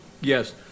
Yes